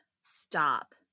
Stop